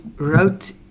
wrote